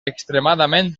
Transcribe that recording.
extremadament